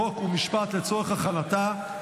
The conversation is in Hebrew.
חוק ומשפט נתקבלה.